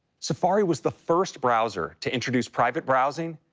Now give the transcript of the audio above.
safari was the first browser to introduce private browsing,